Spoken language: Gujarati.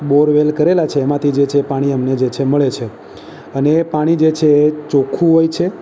બોરવેલ કરેલા છે એમાંથી જે છે એ પાણી એમને જે છે એમને મળે છે અને એ પાણી જે છે એ ચોખ્ખું હોય છે